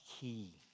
key